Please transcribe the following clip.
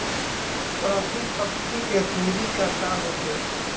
प्रति पंक्ति के दूरी का होखे?